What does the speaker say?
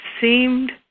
seemed